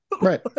Right